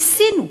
ניסינו.